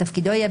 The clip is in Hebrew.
ותפקידו יהיה,